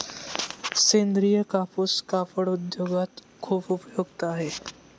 सेंद्रीय कापूस कापड उद्योगात खूप उपयुक्त आहे